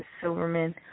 Silverman